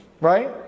right